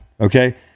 Okay